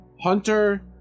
Hunter